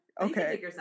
okay